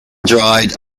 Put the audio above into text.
dried